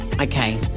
Okay